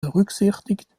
berücksichtigt